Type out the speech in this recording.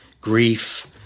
grief